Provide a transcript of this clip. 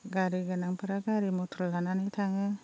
गारि गोनांफोरा गारि मथर लानानै थाङो